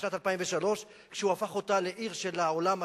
בשנת 2003, כשהוא הפך אותה לעיר של העולם השביעי,